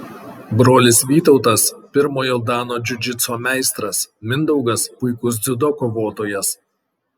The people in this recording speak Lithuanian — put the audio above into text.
brolis vytautas pirmojo dano džiudžitso meistras mindaugas puikus dziudo kovotojas